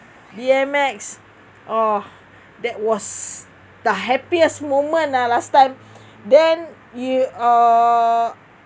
B_M_X oh that was the happiest moment lah last time then you err